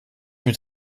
mit